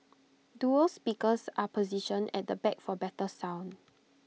dual speakers are positioned at the back for better sound